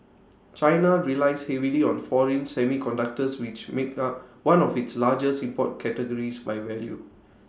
China relies heavily on foreign semiconductors which make up one of its largest import categories by value